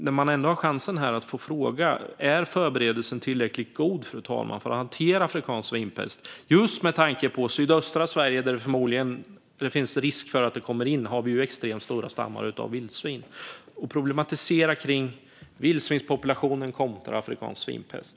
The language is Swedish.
När jag ändå har chansen vill jag därför fråga: Är beredskapen tillräckligt god, fru talman, för att hantera afrikansk svinpest? Just i sydöstra Sverige, där det finns risk att den kommer in, har vi ju extremt stora stammar av vildsvin. Problematisera gärna kring vildsvinspopulationen kontra afrikansk svinpest!